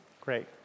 great